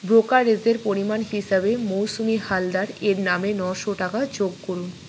brokerage এর পরিমাণ হিসাবে মৌসুমি হালদার এর নামে নশো টাকা যোগ করুন